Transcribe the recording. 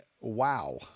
wow